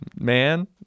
man